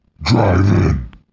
Drive-In